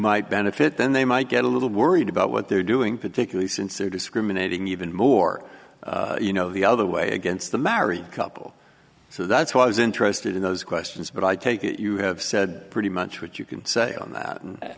might benefit then they might get a little worried about what they're doing particularly since they're discriminating even more you know the other way against the married couple so that's why i was interested in those questions but i take it you have said pretty much what you can say on that and